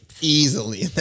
easily